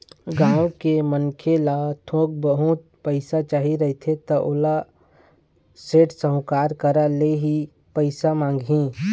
गाँव के मनखे ल थोक बहुत पइसा चाही रहिथे त ओहा सेठ, साहूकार करा ले ही पइसा मांगही